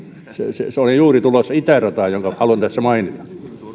olin juuri tulossa itärataan jonka haluan tässä mainita